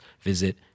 visit